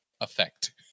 effect